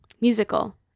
musical